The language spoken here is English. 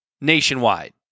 nationwide